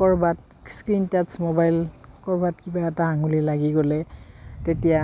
ক'ৰবাত screen touch mobile ক'ৰবাত কিবা এটা আঙুলি লাগি গ'লে তেতিয়া